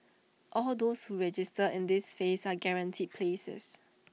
all those who register in this phase are guaranteed places